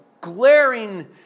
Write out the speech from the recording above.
glaring